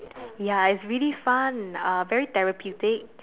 ya it's really fun uh very therapeutic